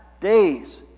days